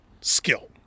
skill